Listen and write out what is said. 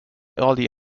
early